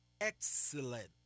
excellent